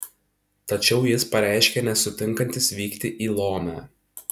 tačiau jis pareiškė nesutinkantis vykti į lomę